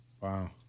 Wow